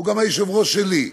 הוא גם היושב-ראש שלי,